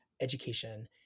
education